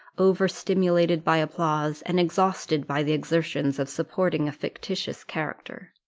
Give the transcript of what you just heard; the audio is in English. over-stimulated by applause, and exhausted by the exertions of supporting a fictitious character